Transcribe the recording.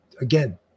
Again